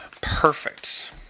Perfect